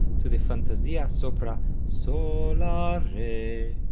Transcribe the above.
to the fantasia sopra sol la re,